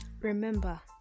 remember